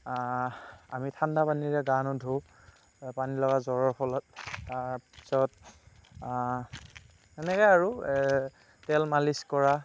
আমি ঠাণ্ডাপানীৰে গা নোধোওঁ পানীলগা জ্বৰৰ ফলত তাৰপিছত সেনেকেই আৰু তেল মালিচ কৰা